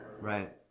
Right